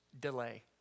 delay